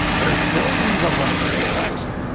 there's billions of them. next!